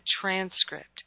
transcript